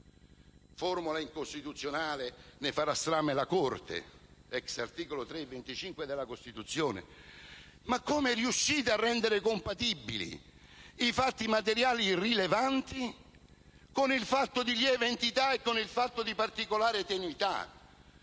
(formula incostituzionale di cui farà strame la Corte, *ex* articoli 3 e 25 della Costituzione), come riuscite a rendere compatibili i fatti materiali rilevanti con la lieve entità e la particolare tenuità